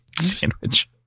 Sandwich